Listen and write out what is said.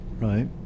right